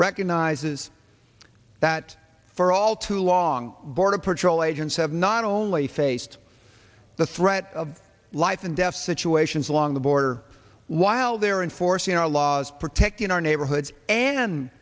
recognizes that for all too long border patrol agents have not only faced the threat of life and death situations along the border while they're enforcing our laws protecting our neighborhoods and